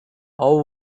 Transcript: all